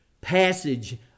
passage